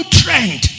trend